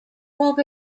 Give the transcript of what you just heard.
walk